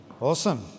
Awesome